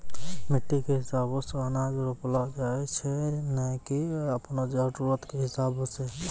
मिट्टी कॅ हिसाबो सॅ अनाज रोपलो जाय छै नै की आपनो जरुरत कॅ हिसाबो सॅ